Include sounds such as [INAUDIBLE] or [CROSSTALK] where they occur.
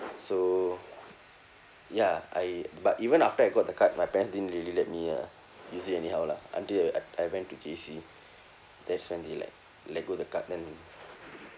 so ya I but even after I got the card my parents didn't really let me uh use it anyhow lah until I I went to J_C [BREATH] that's when they like let go the card then